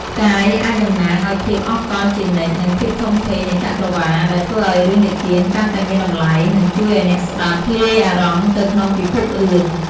ផ្កាយអាចតំណាងឲ្យភាពអស់កល្បជានិច្ច និងភាពធំធេងនៃចក្រវាឡ ដែលធ្វើឲ្យរឿងនិទានកាន់តែមានតម្លៃ និងជួយឲ្យអ្នកស្ដាប់ធ្លាយអារម្មណ៍ទៅក្នុងពិភពរឿង ។